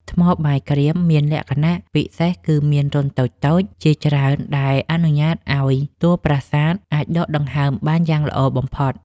ថ្មបាយក្រៀមមានលក្ខណៈពិសេសគឺមានរន្ធតូចៗជាច្រើនដែលអនុញ្ញាតឱ្យតួប្រាសាទអាចដកដង្ហើមបានយ៉ាងល្អបំផុត។